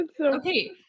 Okay